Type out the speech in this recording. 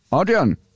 Adrian